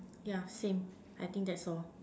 yeah same I think that's all